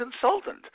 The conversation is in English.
consultant